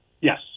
Yes